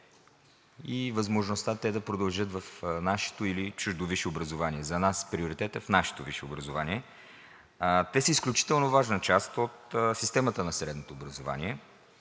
и възможността те да продължат в нашето или чуждо висше образование. За нас приоритетът е в нашето висше образование. Те са изключително важна част от системата на средното образование,